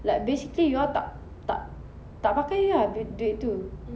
like basically you all tak tak tak pakai ah duit tu